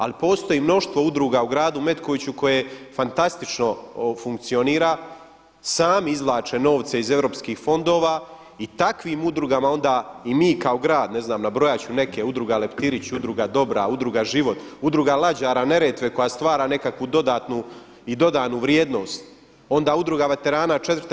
Ali postoji mnoštvo udruga u Gradu Metkoviću koje fantastično funkcionira, sami izvlače novce iz europskih fondova i takvim udrugama onda i mi kao grad, ne znam, nabrojat ću neke udruge – Udruga Lepritić, Udruga Dobra, Udruga Život, Udruga lađara Neretve koja stvara nekakvu dodatnu i dodanu vrijednost, onda Udruga veterana IV.